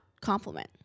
compliment